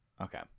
okay